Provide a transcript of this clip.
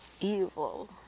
evil